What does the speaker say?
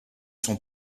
sont